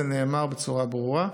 זה נאמר בצורה ברורה.